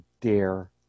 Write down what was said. dare